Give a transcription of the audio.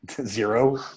Zero